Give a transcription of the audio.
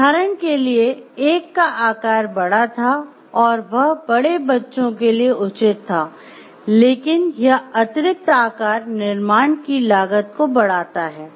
उदाहरण के लिए एक का आकार बड़ा था और वह बड़े बच्चों के लिए उचित था लेकिन यह अतिरिक्त आकार निर्माण की लागत को बढ़ाता है